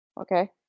Okay